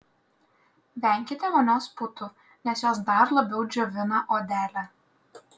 venkite vonios putų nes jos dar labiau džiovina odelę